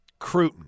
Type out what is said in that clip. Cruton